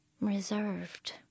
reserved